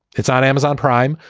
it's on amazon prime.